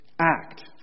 act